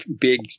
big